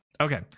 Okay